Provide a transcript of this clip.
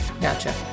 Gotcha